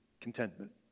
contentment